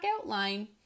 outline